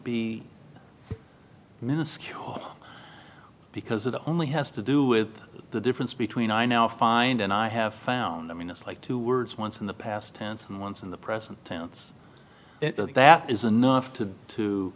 be minuscule because it only has to do with the difference between i now find and i have found i mean it's like two words once in the past tense and once in the present tense that is enough to to